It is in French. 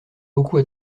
beaucoup